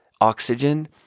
oxygen